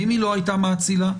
ואם לא היתה מאצילה?